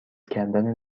کردن